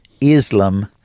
Islam